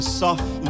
soft